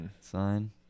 sign